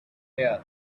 hair